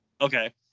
Okay